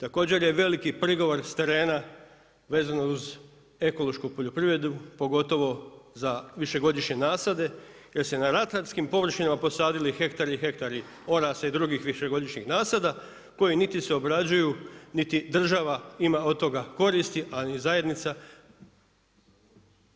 Također je veliki prigovor s terena vezano uz ekološku poljoprivredu, pogotovo za višegodišnje nasade, jer se na ratarskim površinama posadili hektari i hektara orasa i drugih višegodišnjih nasada, koji niti se obrađuju niti država ima od toga koristi, a ni zajednica